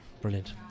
brilliant